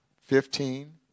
fifteen